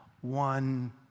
one